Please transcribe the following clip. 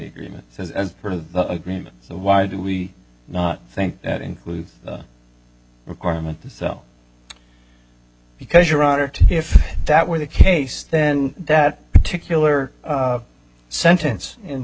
agreement is as per the agreement so why do we not think that include the requirement to sell because your honor if that were the case then that particular sentence in